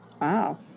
wow